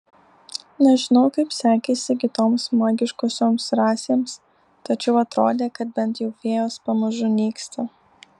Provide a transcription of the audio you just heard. nežinau kaip sekėsi kitoms magiškosioms rasėms tačiau atrodė kad bent jau fėjos pamažu nyksta